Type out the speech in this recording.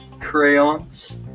crayons